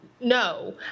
no